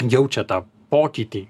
jaučia tą pokytį